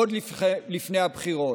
עוד לפני הבחירות,